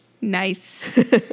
Nice